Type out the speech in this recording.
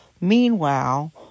Meanwhile